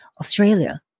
Australia